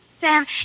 Sam